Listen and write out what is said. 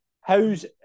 How's